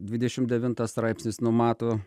dvidešim devintas straipsnis numato